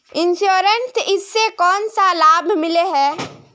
Insurance इस से कोन सा लाभ मिले है?